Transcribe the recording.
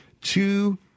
two